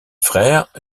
frères